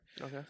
Okay